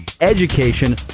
education